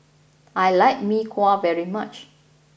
I like Mee Kuah very much